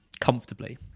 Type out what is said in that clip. Comfortably